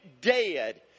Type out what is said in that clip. dead